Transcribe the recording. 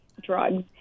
drugs